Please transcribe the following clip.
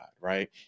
right